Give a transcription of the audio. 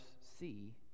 see